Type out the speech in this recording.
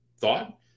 thought